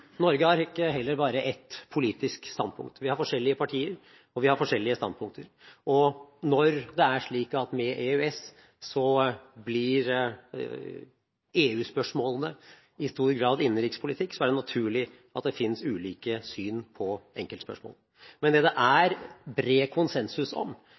Norge har heller ikke bare ett politisk standpunkt. Vi har forskjellige partier og forskjellige standpunkter, og når det med EØS-avtalen er slik at EU-spørsmålene i stor grad blir innenrikspolitikk, er det naturlig at det finnes ulike syn på enkeltspørsmål. Men det det i realiteten er bred konsensus om,